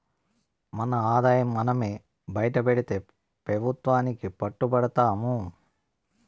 మన ఆదాయం మనమే బైటపెడితే పెబుత్వానికి పట్టు బడతాము